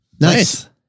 Nice